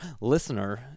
listener